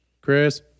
Chris